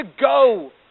go